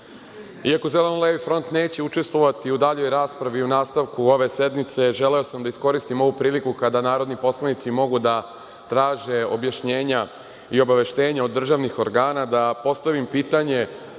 Iako Zeleno-levi front neće učestovati u daljoj raspravi u nastavku ove sednice, želeo sam da iskoristim ovu priliku kada narodni poslanici mogu da traže objašnjenja i obaveštenja od državnih organa, da postavim pitanje